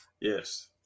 Yes